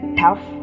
tough